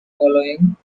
following